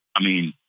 i mean,